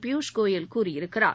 பியூஷ் கோயல் கூறியிருக்கிறார்